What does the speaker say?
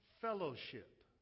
fellowship